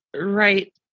right